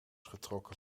getrokken